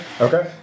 Okay